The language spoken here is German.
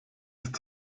ist